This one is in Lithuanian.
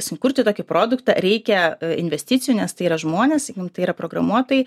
sukurti tokį produktą reikia investicijų nes tai yra žmonės sakykim tai yra programuotojai